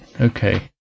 Okay